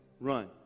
Run